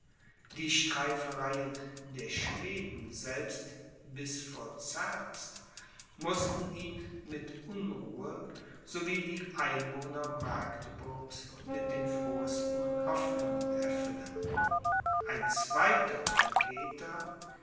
die streifereien der schweden selbst bis vor zerbst mußten ihn mit unruhe so wie die einwohner magdeburgs mit den frohesten hoffnungen erfüllen ein zweiter trompeter